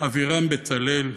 אבירם בצלאל,